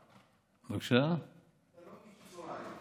אתה לא איש בשורה היום.